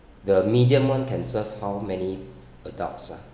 the medium [one] can serve how many adults ah